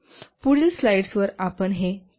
पुढील स्लाइड्सवर आपण हे पाहू